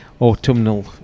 Autumnal